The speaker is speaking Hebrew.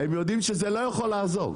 הם יודעים שזה לא יכול לעזור,